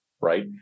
right